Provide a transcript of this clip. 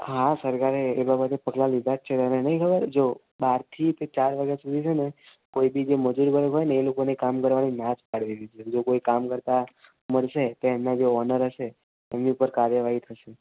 હા સરકારે એ બાબતે પગલાં લીધા જ છે તને નથી ખબર જો બારથી તે ચાર વાગ્યા સુધી છે ને કોઇ બી જે મજૂર વર્ગ હોય ને એ લોકોને કામ કરવાની ના જ પાડી દીધી છે એ લોકોએ કામ કરતાં મળશે તો એમના જે ઓનર હશે એમની ઉપર કાર્યવાહી થશે